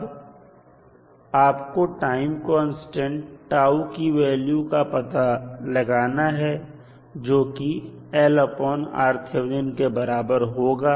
अब आपको time constant की वैल्यू का पता लगाना है जो कि L के बराबर होगा